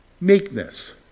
meekness